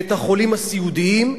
ואת החולים הסיעודיים,